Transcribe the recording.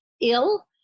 ill